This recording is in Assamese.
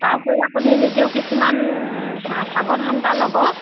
তাৰ উপৰি আপুনি নিজেও কিছুমান সাৱধানতা ল'ব